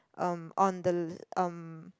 um on the um